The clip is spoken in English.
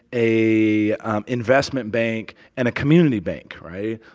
a investment bank and a community bank, right?